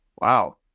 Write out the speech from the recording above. Wow